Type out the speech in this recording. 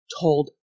told